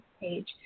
page